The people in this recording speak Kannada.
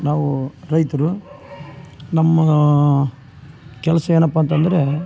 ನಾವು ರೈತರು ನಮ್ಮ ಕೆಲಸ ಏನಪ್ಪ ಅಂತಂದರೆ